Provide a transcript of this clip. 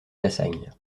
lassagne